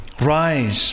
Rise